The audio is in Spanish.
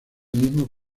mismos